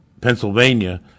Pennsylvania